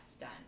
done